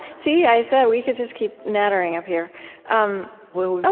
see? i said, we could just keep nattering up here um well, ah